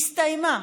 הסתיימה,